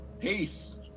Peace